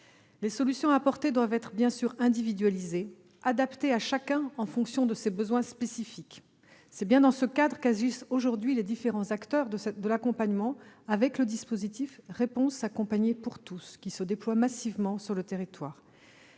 Les solutions doivent être bien sûr individualisées, adaptées à chacun, en fonction de ses besoins spécifiques. C'est dans ce cadre qu'agissent aujourd'hui les différents acteurs de l'accompagnement, avec le dispositif « Réponse accompagnée pour tous », qui se déploie massivement sur le territoire.